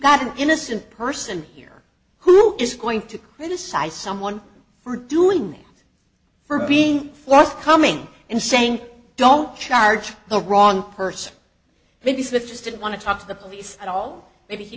got an innocent person here who is going to criticize someone for doing this for being forthcoming and saying don't charge the wrong person maybe switches didn't want to talk to the police at all maybe he